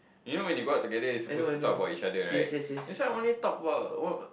you know when you go out together you supposed to talk about each other right this one only talk about what